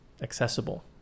accessible